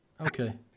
Okay